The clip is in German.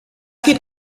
geht